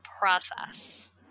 process